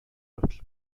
явдал